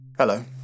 Hello